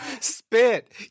Spit